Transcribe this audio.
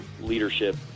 leadership